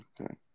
Okay